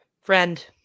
friend